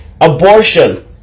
Abortion